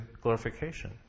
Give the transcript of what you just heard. glorification